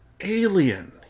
Alien